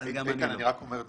אני לא משחק פוקר,